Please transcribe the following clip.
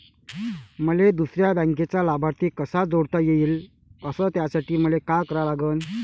मले दुसऱ्या बँकेचा लाभार्थी कसा जोडता येईन, अस त्यासाठी मले का करा लागन?